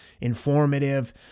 informative